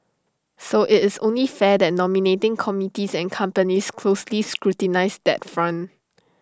so IT is only fair that nominating committees and companies closely scrutinise that front